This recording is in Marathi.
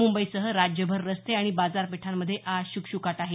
मुंबईसह राज्यभर रस्ते आणि बाजारपेठांमधे आज शुकशुकाट आहे